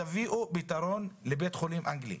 תביאו פיתרון לבית החולים האנגלי.